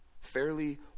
fairly